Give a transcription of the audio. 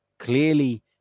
Clearly